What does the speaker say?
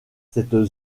cette